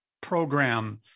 Program